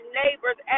neighbors